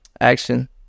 action